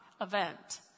event